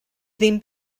ddim